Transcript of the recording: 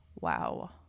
wow